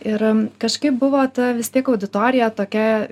ir kažkaip buvo ta vis tiek auditorija tokia